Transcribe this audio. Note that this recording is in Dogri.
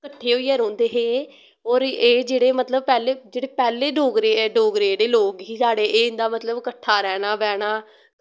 कट्ठे होईयै रौंह्दे हे और एह् जेह्ड़े मतलव पैह्ले जेह्ड़े पैह्ले डोगरे डोगरे जेह्ड़े लोग हे साढ़े एह् इंदा मतलव कट्ठा रैह्ना बैह्ना